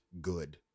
good